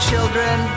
children